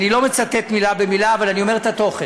אני לא מצטט מילה במילה, אבל אני אומר את התוכן: